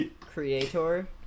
creator